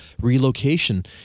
relocation